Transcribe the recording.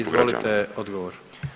Izvolite odgovor.